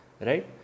right